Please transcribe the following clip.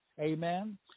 Amen